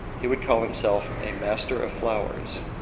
he would call himself a master of flowers.